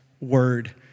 Word